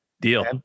Deal